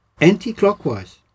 anti-clockwise